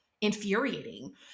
infuriating